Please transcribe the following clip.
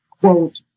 quote